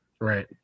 Right